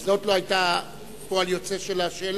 זה לא היה פועל יוצא של השאלה,